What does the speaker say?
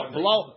blow